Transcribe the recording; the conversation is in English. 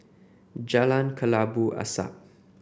Jalan Kelabu Asap